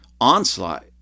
onslaught